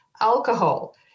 alcohol